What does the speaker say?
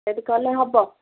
ସେଠି କଲେ ହେବ